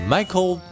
Michael